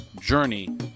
Journey